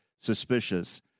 suspicious